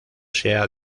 sea